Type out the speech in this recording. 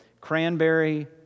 cranberry